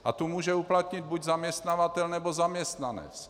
A tu může uplatnit buď zaměstnavatel, nebo zaměstnanec.